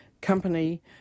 company